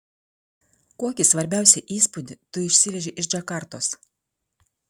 kokį svarbiausią įspūdį tu išsiveži iš džakartos